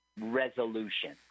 resolution